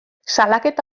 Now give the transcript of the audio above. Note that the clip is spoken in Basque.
salaketa